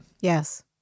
Yes